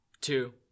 two